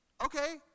okay